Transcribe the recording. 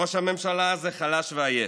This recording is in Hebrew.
ראש הממשלה הזה חלש ועייף.